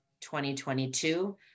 2022